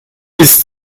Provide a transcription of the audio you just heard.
ist